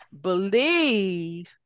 believe